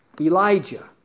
Elijah